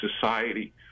society